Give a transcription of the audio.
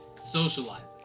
socializing